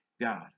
God